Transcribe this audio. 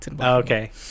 Okay